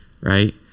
right